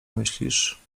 myślisz